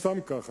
סתם כך,